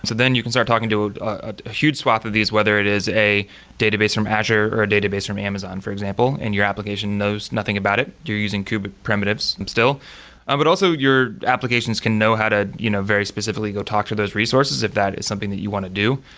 so then you can start talking to a huge swath of these, whether it is a database from azure, or a database from amazon, for example and your application knows nothing about it. you're using kube primitives still and but also, your applications can know how to you know very specifically go talk to those resources, if that is something that you want to do.